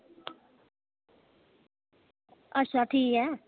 अच्छा ठीक ऐ